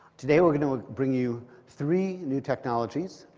today we're going to bring you three new technologies.